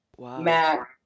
Mac